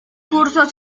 cursó